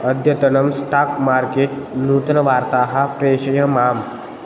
अद्यतनं stock market नूतनवार्ताः प्रेषय माम्